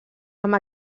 amb